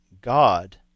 God